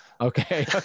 Okay